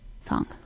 song